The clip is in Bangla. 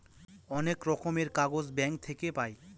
অনেক রকমের কাগজ ব্যাঙ্ক থাকে পাই